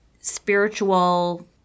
spiritual